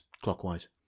Clockwise